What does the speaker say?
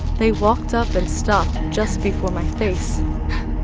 they walked up and stopped just before my face.